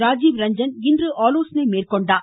ராஜீவ் ரஞ்சன் இன்று ஆலோசனை மேற்கொண்டார்